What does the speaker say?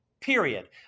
Period